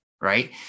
Right